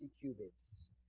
cubits